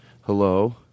Hello